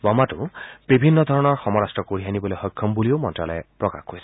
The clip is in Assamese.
বোমাটো বিভিন্ন ধৰণৰ সমৰাস্ত্ৰ কঢ়িয়াই নিবলৈ সক্ষম বুলিও মন্তালয়ে প্ৰকাশ কৰিছে